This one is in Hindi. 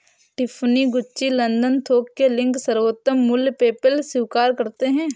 टिफ़नी, गुच्ची, लंदन थोक के लिंक, सर्वोत्तम मूल्य, पेपैल स्वीकार करते है